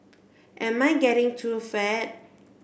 am I getting too fat